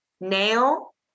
Nail